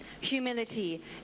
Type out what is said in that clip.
humility